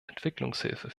entwicklungshilfe